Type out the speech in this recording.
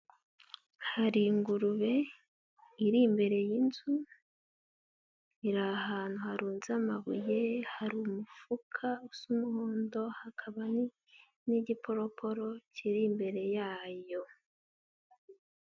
Hari ingurube iri imbere y'inzu, iri ahantu harunze amabuye, hari umufuka usa umuhondo hakaba n'igiporoporo kiri imbere yayo.